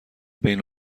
بین